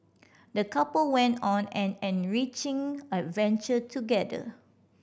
the couple went on an enriching adventure together